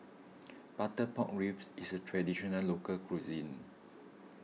Butter Pork Ribs is a Traditional Local Cuisine